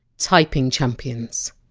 typing champions.